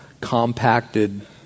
compacted